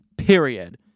Period